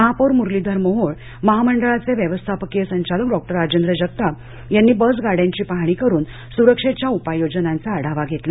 महापौर मुरलीधर मोहोळ महामंडळाचे व्यवस्थापकीय संचालक डॉक्टर राजेंद्र जगताप यांनी बस गाड्यांची पाहणी करून स्रक्षेच्या उपाययोजनांचा आढावा घेतला